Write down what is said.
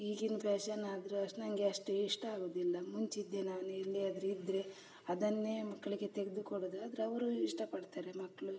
ಈಗಿನ ಫ್ಯಾಷನ್ ಆದರೂ ಅಷ್ಟು ನನಗೆ ಅಷ್ಟು ಇಷ್ಟಾಗುವುದಿಲ್ಲ ಮುಂಚಿದ್ದೆ ನಾನು ಎಲ್ಲಿಯಾದರೂ ಇದ್ದರೆ ಅದನ್ನೇ ಮಕ್ಕಳಿಗೆ ತೆಗೆದು ಕೊಡೋದು ಆದರೆ ಅವರು ಇಷ್ಟಪಡ್ತಾರೆ ಮಕ್ಕಳು